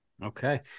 Okay